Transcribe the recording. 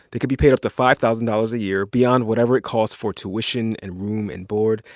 they could be paid up to five thousand dollars a year beyond whatever it cost for tuition and room and board.